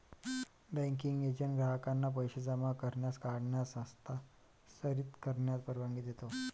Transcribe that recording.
banking agent ग्राहकांना पैसे जमा करण्यास, काढण्यास, हस्तांतरित करण्यास परवानगी देतो